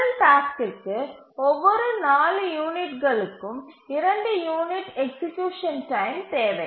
முதல் டாஸ்க்கிற்கு ஒவ்வொரு 4 யூனிட்டுகளுக்கும் 2 யூனிட் எக்சீக்யூசன் டைம் தேவை